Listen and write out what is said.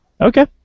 Okay